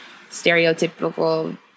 stereotypical